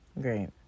great